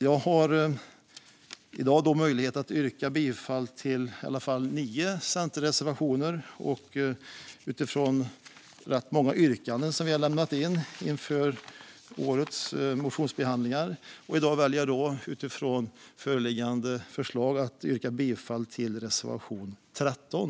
Jag har möjlighet att yrka bifall till nio centerreservationer som baseras på rätt många yrkanden som vi har lämnat in inför årets motionsbehandlingar, men i dag väljer jag att yrka bifall endast till reservation 13.